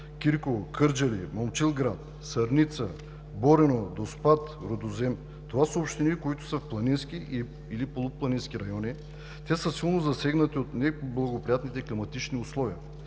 Кирково, Кърджали, Момчилград, Сърница, Борино, Доспат, Рудозем – това са общини, които са в планински или полупланински райони, те са силно засегнати от неблагоприятните климатични условия.